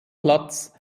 platz